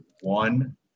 one